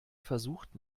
versucht